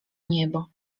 niebo